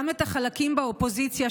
גם את החלקים באופוזיציה,